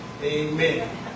Amen